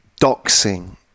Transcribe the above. doxing